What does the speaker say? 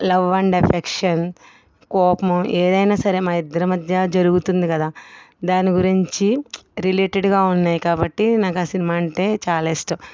love and affection కోపం ఏదైనా సరే మా ఇద్దరి మధ్య జరుగుతుంది కదా దాని గురించి రిలేటెడ్గా ఉన్నాయి కాబట్టి నాకు ఆ సినిమా అంటే చాలా ఇష్టం